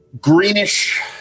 greenish